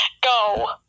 Go